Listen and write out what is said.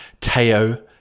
Teo